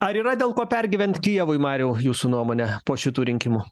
ar yra dėl ko pergyvent kijevui mariau jūsų nuomone po šitų rinkimų